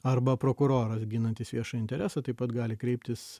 arba prokuroras ginantis viešąjį interesą taip pat gali kreiptis